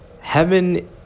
heaven